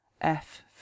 F